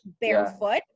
barefoot